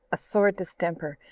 a sore distemper,